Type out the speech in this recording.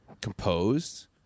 composed